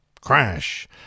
Crash